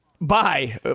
Bye